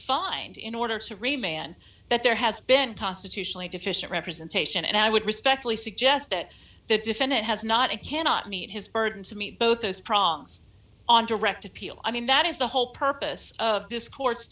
find in order to remain that there has been constitutionally deficient representation and i would respectfully suggest that the defendant has not and cannot meet his burden to meet both those problems on direct appeal i mean that is the whole purpose of this cour